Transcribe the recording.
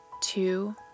two